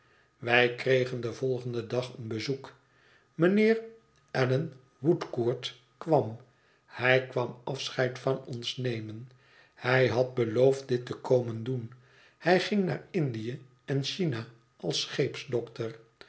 wij kregen den volgenden dag een bezoek mijnheer allan woodcourt kwam hij kwam afscheid van ons nemen hij had beloofd dit te komen doen hij ging naar indië en china als